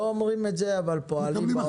לא אומרים את זה כך אבל פועלים כך.